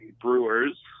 Brewers